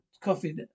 coffee